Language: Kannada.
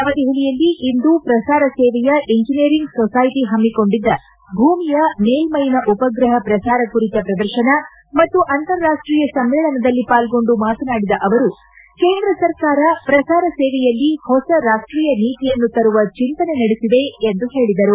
ನವದೆಹಲಿಯಲ್ಲಿಂದು ಪ್ರಸಾರ ಸೇವೆಯ ಇಂಜನಿಯರಿಂಗ್ ಸೊಸ್ಸೆಟಿ ಹಮ್ಸಿಕೊಂಡಿದ್ದ ಭೂಮಿಯ ಮೇಲ್ವೆನ ಉಪಗ್ರಹ ಪ್ರಸಾರ ಕುರಿತ ಪ್ರದರ್ಶನ ಮತ್ತು ಅಂತಾರಾಷ್ಷೀಯ ಸಮ್ನೇಳನದಲ್ಲಿ ಪಾಲ್ಗೊಂಡು ಮಾತನಾಡಿದ ಅವರು ಕೇಂದ್ರ ಸರ್ಕಾರ ಪ್ರಸಾರ ಸೇವೆಯಲ್ಲಿ ಹೊಸ ರಾಷ್ವೀಯ ನೀತಿಯನ್ನು ತರುವ ಚಿಂತನೆ ನಡೆದಿದೆ ಎಂದು ಹೇಳಿದರು